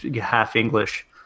half-English